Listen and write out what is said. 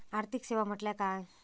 आर्थिक सेवा म्हटल्या काय?